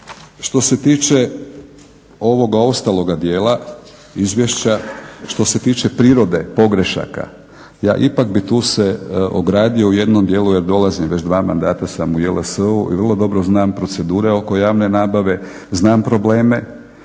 Što se tiče ovoga ostaloga dijela Izvješća, što se tiče prirode pogrešaka, ja ipak bi tu se ogradio u jednom dijelu jer dolazim već dva mandata sam u JLS-u i vrlo dobro znam procedure oko javne nabave, znam probleme,